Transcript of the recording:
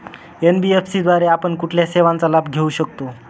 NBFC द्वारे आपण कुठल्या सेवांचा लाभ घेऊ शकतो?